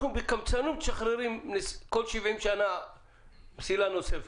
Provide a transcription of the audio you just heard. אנחנו בקמצנות משחררים כל 70 שנה מסילה נוספת.